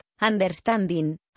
understanding